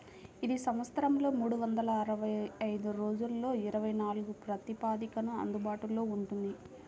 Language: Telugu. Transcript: ఇది సంవత్సరంలో మూడు వందల అరవై ఐదు రోజులలో ఇరవై నాలుగు ప్రాతిపదికన అందుబాటులో ఉంటుంది